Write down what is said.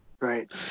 Right